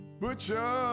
Butcher